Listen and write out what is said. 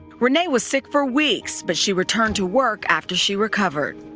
rene was sick for weeks but she returned to work after she recovered.